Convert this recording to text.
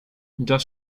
das